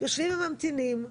יושבים וממתינים.